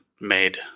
made